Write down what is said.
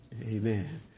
Amen